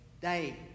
day